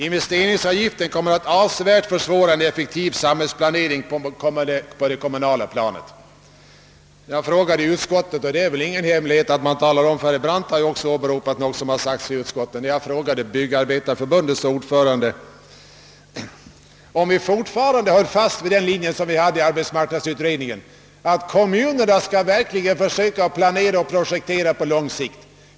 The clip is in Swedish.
Investeringsavgiften kommer att avsevärt försvåra en effektiv samhällsplanering på det kommunala planet. Jag frågade i utskottet byggnadsarbetareförbundets ordförande — och det är väl ingen hemlighet, herr Brandt har ju också åberopat vad som sagts i utskottet — om vi fortfarande höll fast vid den linje som vi hade i arbetsmarknadsutredningen att kommunerna verkligen skall försöka planera och projektera på lång sikt.